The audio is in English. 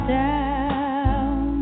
down